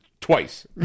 twice